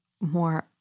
more